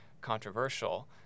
controversial